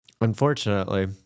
Unfortunately